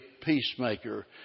peacemaker